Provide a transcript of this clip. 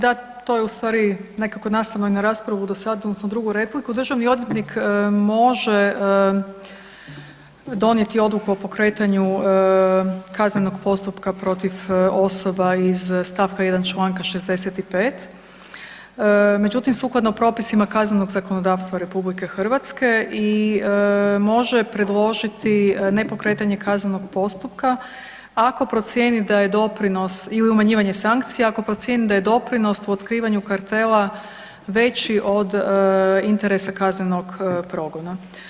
Da to je u stvari nekako nastavno i na raspravu do sada odnosno drugu repliku, državni odvjetnik može donijeti odluku o pokretanju kaznenog postupka protiv osoba iz st. 1. čl. 65., međutim sukladno propisima kaznenog zakonodavstva RH i može predložiti ne pokretanje kaznenog postupka ako procijeni da je doprinos ili umanjivanje sankcija, ako procijeni da je doprinos u otkrivanju kartela veći od interesa kaznenog progona.